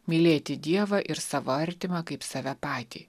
mylėti dievą ir savo artimą kaip save patį